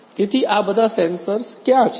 તેથી આ બધા સેન્સર્સ ક્યાં છે